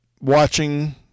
watching